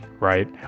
right